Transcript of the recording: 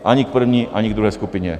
Ani k první, ani k druhé skupině.